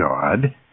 God